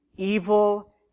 evil